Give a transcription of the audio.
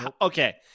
Okay